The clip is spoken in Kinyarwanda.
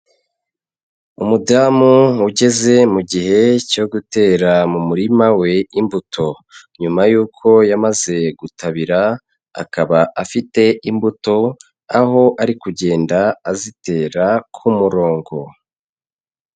Umudamu ugeze mu gihe cyo gutera mu murima we imbuto nyuma yuko yamaze gutabira, akaba afite imbuto aho ari kugenda azitera ku murongo.